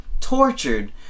tortured